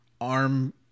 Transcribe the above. arm